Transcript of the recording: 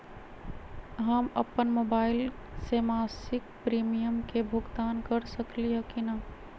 हम अपन मोबाइल से मासिक प्रीमियम के भुगतान कर सकली ह की न?